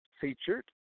Featured